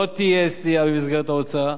לא תהיה סטייה ממסגרת ההוצאה,